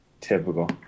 Typical